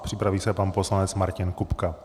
Připraví se pan poslanec Martin Kupka.